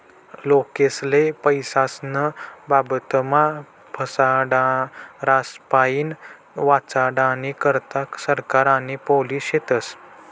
लोकेस्ले पैसास्नं बाबतमा फसाडनारास्पाईन वाचाडानी करता सरकार आणि पोलिस शेतस